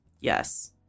Yes